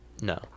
No